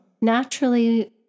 Naturally